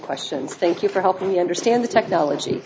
questions thank you for helping me understand the technology